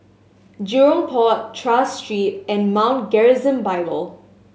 Jurong Port Tras Street and Mount Gerizim Bible